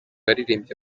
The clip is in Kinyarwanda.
waririmbye